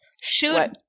Shoot